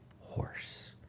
horse